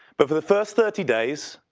but for the first thirty days,